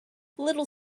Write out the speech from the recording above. little